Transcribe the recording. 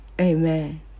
amen